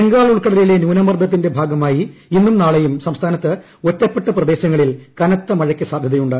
ബംഗാൾ ഉൾക്കടലിലെ ന്യൂനമർദ്ദത്തിന്റെ ഭാഗമായി ഇന്നും നാളെയും സംസ്ഥാനത്ത് ഒറ്റപ്പെട്ട പ്രദേശങ്ങളിൽ കനത്ത മഴയ്ക്ക് സാധൃതയുണ്ട്